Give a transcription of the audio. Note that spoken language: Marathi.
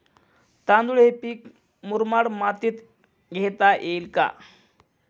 तांदूळ हे पीक मुरमाड मातीत घेता येईल का?